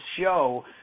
show